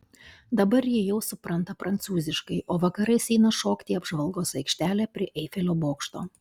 dabar ji jau supranta prancūziškai o vakarais eina šokti į apžvalgos aikštelę prie eifelio bokšto